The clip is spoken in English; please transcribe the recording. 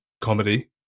comedy